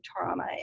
trauma